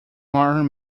martin